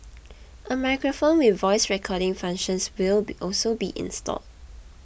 a microphone with voice recording functions will be also be installed